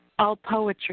Allpoetry